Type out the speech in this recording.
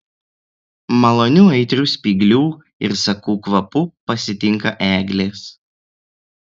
maloniu aitriu spyglių ir sakų kvapu pasitinka eglės